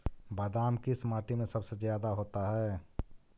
बादाम किस माटी में सबसे ज्यादा होता है?